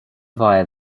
via